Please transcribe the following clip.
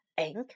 Ink